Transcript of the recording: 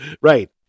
Right